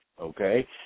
Okay